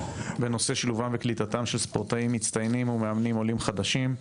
בנושא שילובם וקליטתם של ספורטאים מצטיינים ומאמנים עולים חדשים.